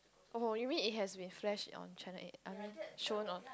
oh you mean it has been flashed on channel-eight I mean shown on